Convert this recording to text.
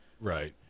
Right